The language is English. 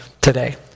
today